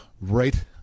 right